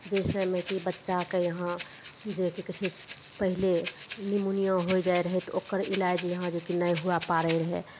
जैसेमे कि बच्चाके यहाँ जे की कहय छै पहिले निमुनिया होइ जाइ रहय तऽ ओकर इलाज यहाँ जे कि नहि हुवै पाड़य रहय